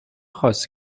خواست